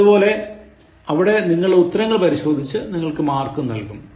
അതുപോലെ അവിടെ നിങ്ങളുടെ ഉത്തരങ്ങൾ പരിശോധിച്ച് നിങ്ങൾക്ക് മാർക്കും നൽകും